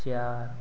चार